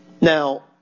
Now